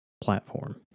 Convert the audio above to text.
platform